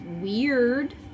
weird